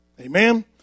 Amen